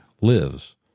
lives